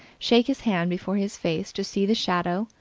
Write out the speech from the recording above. shake his hand before his face to see the shadow,